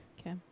Okay